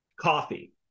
coffee